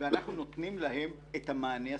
ואנחנו נותנים להם את המענה הסביר.